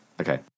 Okay